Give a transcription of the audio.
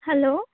hello